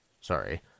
Sorry